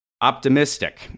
optimistic